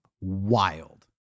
wild